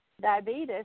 Diabetes